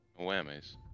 Whammies